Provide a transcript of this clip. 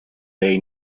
they